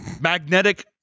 Magnetic